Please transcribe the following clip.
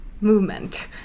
movement